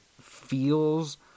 feels